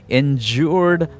endured